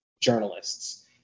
journalists